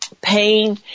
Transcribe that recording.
Pain